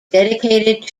dedicated